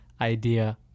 idea